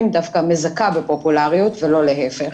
דווקא מזכה בפופולריות ולא להיפך.